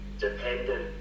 dependent